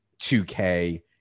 2K